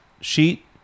sheet